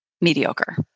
mediocre